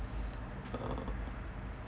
uh